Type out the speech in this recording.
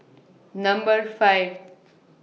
Number five